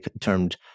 termed